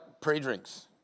pre-drinks